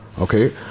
Okay